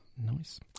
Nice